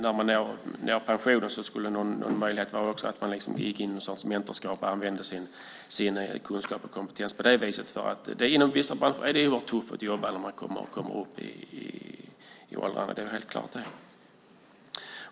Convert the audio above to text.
När man når pensionen skulle en möjlighet också kunna vara att man går in i ett slags mentorskap och använder sin kunskap och kompetens på det viset. Inom vissa branscher är det oerhört tufft att jobba när man kommer upp i åldrarna; det är helt klart.